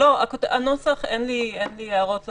לא, אין לי הערות לנוסח,